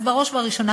אז בראש ובראשונה,